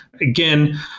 Again